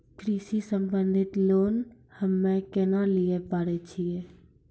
कृषि संबंधित लोन हम्मय केना लिये पारे छियै?